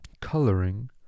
coloring